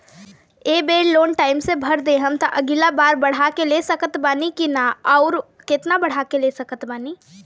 ए बेर loan time से भर देहम त अगिला बार बढ़ा के ले सकत बानी की न आउर केतना बढ़ा के ले सकत बानी?